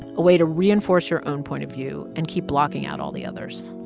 a way to reinforce your own point of view and keep blocking out all the others